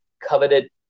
coveted